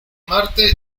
marte